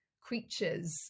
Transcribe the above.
creatures